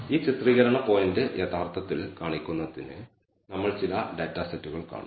ഈ ചിത്രീകരണ പോയിന്റ് യഥാർത്ഥത്തിൽ കാണിക്കുന്നതിന് നമ്മൾ ചില ഡാറ്റാ സെറ്റുകൾ കാണും